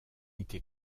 été